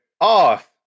off